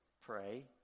pray